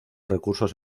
recursos